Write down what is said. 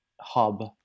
hub